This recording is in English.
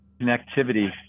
Connectivity